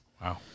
Wow